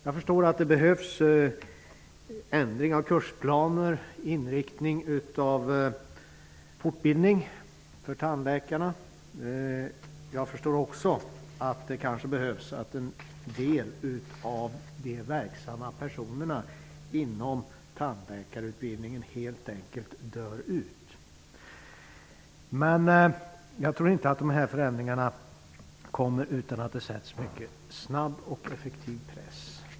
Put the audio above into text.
Det kommer att behövas ändringar av kursplaner, en ny inriktning av fortbildningen för tandläkarna och kanske också helt enkelt en naturlig avgång bland en del av de inom tandläkarutbildningen verksamma personerna. Men jag tror inte att de här förändringarna kommer utan att man utövar en mycket snabb och effektiv press.